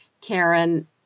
Karen